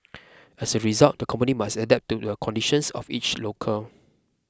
as a result the company must adapt to the conditions of each locale